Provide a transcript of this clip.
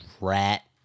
Rat